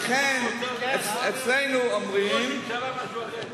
כראש הממשלה זה משהו אחר.